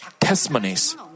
testimonies